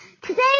Today